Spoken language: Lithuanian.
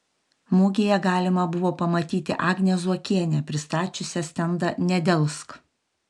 mugėje galima buvo pamatyti agnę zuokienę pristačiusią stendą nedelsk